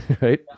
right